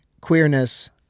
queerness